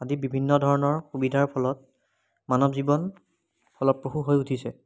আদি বিভিন্ন ধৰণৰ সুবিধাৰ ফলত মানৱ জীৱন ফলপ্ৰসূ হৈ উঠিছে